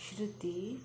ಶೃತಿ